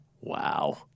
Wow